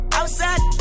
outside